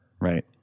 right